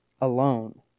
alone